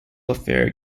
affair